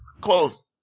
Close